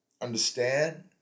understand